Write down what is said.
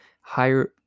higher